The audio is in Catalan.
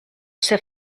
ser